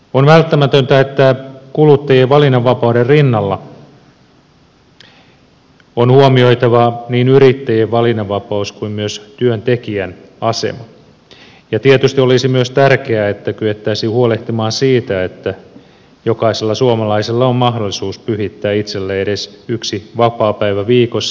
on välttämätöntä että kuluttajien valinnanvapauden rinnalla on huomioitava niin yrittäjien valinnanvapaus kuin myös työntekijän asema ja tietysti olisi myös tärkeää että kyettäisiin huolehtimaan siitä että jokaisella suomalaisella on mahdollisuus pyhittää itselleen edes yksi vapaapäivä viikossa